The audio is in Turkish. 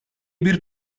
bir